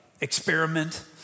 experiment